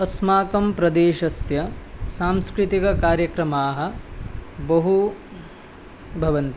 अस्माकं प्रदेशस्य सांस्कृतिककार्यक्रमाः बहु भवन्ति